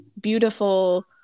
beautiful